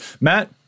matt